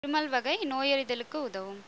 இருமல் வகை நோயறிதலுக்கு உதவும்